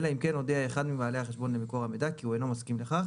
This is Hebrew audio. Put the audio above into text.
אלא אם כן הודיע אחד מבעלי החשבון למקור המידע כי הוא אינו מסכים לכך